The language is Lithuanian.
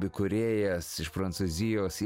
įkūrėjas iš prancūzijos į